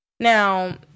Now